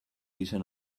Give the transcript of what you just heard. izen